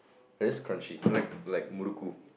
they're just crunchy like like murukku